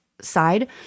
side